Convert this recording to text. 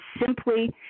simply